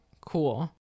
Cool